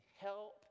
help